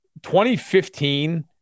2015